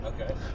okay